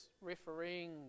refereeing